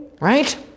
right